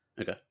okay